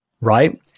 Right